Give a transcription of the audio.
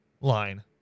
line